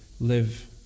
live